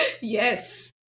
Yes